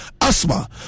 asthma